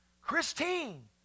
Christine